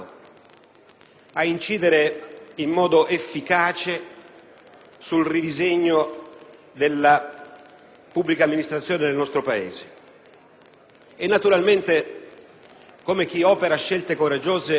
a incidere in modo efficace sul ridisegno della pubblica amministrazione del nostro Paese. E, naturalmente, come fa chi opera scelte coraggiose,